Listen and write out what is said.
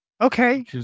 Okay